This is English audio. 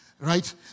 right